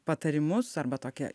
patarimus arba tokią